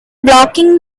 blocking